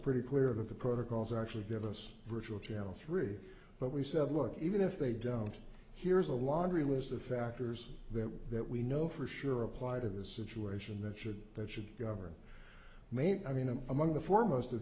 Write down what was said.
pretty clear that the protocols actually give us virtual jail three but we said look even if they don't here's a laundry list of factors that we that we know for sure apply to the situation that should that should govern maybe i mean i'm among the foremost of